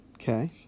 Okay